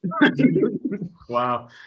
wow